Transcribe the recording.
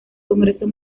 congreso